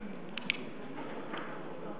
מגיע